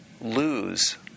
lose